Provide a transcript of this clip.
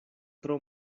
tro